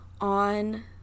on